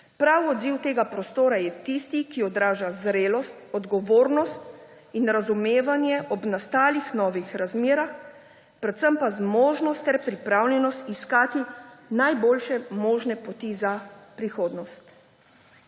Prav odziv tega prostora je tisti, ki odraža zrelost, odgovornost in razumevanje ob nastalih novih razmerah, predvsem pa zmožnost ter pripravljenost iskati najboljše možne poti za prihodnost.